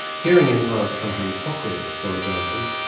hearing implant company cochlear, for example,